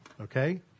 Okay